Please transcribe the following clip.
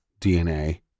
DNA